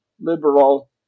liberal